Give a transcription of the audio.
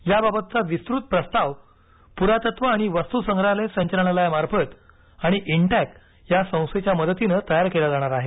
याबाबतचा विस्तुत प्रस्ताव पुरातत्व आणि वास्तुसंग्रहालय संचालनालायमार्फत आणि इनटॅक या संस्थेच्या मदतीन तयार केला जाणार आहे